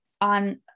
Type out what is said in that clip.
on